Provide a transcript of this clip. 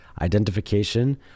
identification